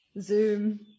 Zoom